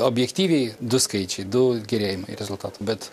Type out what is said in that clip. objektyviai du skaičiai du gerėjimai rezultatų bet